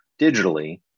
digitally